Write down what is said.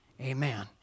Amen